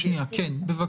אני אסביר.